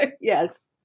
Yes